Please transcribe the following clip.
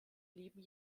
blieben